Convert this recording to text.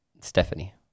Stephanie